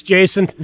Jason